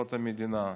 לגבולות המדינה.